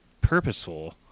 purposeful